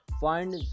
find